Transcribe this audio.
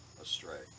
astray